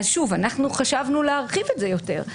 שוב, אנחנו חשבנו להרחיב את זה יותר.